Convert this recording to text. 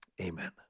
Amen